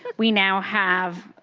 we now have